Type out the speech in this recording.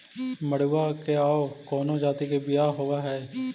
मडूया के और कौनो जाति के बियाह होव हैं?